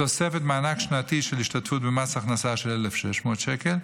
בתוספת מענק שנתי של השתתפות במס הכנסה של 1,600 שקל.